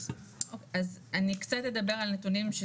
אוקיי אז אני קצת אדבר על נתונים,